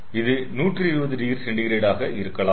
இது 120oC ஆக இருக்கலாம்